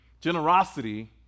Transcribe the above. Generosity